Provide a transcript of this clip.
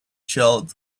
child